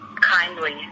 kindly